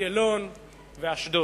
אשקלון ואשדוד.